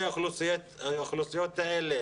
האוכלוסיות האלה